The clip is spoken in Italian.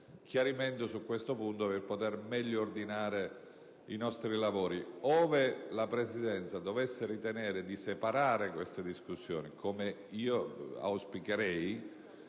chiarimento su questo punto per poter meglio ordinare i nostri lavori. Ove la Presidenza dovesse ritenere di separare queste discussioni, come io auspicherei